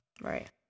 right